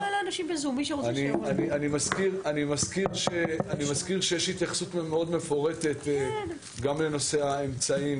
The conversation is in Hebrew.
אני מזכיר שיש התייחסות מאוד מפורטת גם לנושא האמצעים,